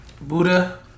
Buddha